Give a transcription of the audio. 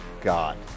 God